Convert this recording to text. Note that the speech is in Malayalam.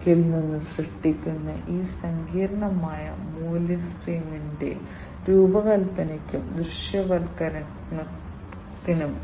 ഭാഷകളാണ് C C plus plus Python Java Lua കൂടാതെ മറ്റ് നിരവധി ഭാഷകളും സ്മാർട്ട് സെൻസിംഗ് ആക്ച്വേഷൻ എൻവയോൺമെന്റുകളിലും പ്രോഗ്രാമിംഗിലും ഉപയോഗിക്കാൻ സമീപ വർഷങ്ങളിൽ വരുന്നു